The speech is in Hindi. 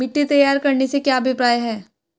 मिट्टी तैयार करने से क्या अभिप्राय है?